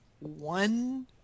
one